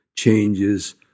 changes